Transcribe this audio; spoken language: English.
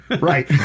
Right